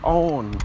own